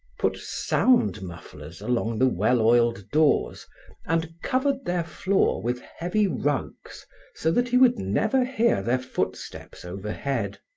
put sound mufflers along the well-oiled doors and covered their floor with heavy rugs so that he would never hear their footsteps overhead.